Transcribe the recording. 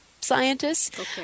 scientists